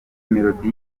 melodie